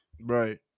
Right